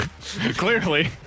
Clearly